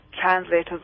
translators